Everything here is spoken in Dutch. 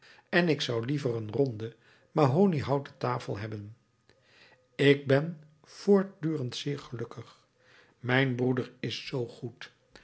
en ik zou liever een ronde mahoniehouten tafel hebben ik ben voortdurend zeer gelukkig mijn broeder is zoo goed